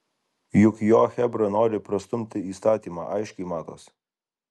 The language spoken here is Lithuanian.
juk jo chebra nori prastumti įstatymą aiškiai matosi